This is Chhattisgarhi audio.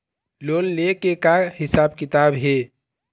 लोन ले के का हिसाब किताब हे?